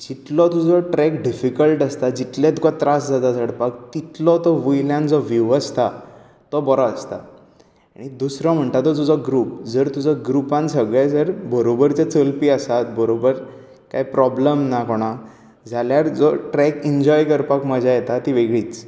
जितलो तुजो track difficult आसता जितले तुका त्रास जाता चडपाक तितलो तो वयल्यान जो व्हीव आसता तो बरो आसता आनी दुसरो म्हणटा तुजो ग्रूप जर तुजो ग्रुपान सगळे जर बरोबर जर चलपी आसात बरोबर कांय प्रॉब्लम ना कोणाक जाल्यार जो ट्रॅक इन्जॉय करपाक मजा येता ती वेगळींच